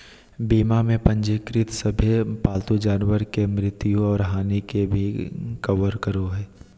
बीमा में पंजीकृत सभे पालतू जानवर के मृत्यु और हानि के भी कवर करो हइ